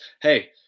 Hey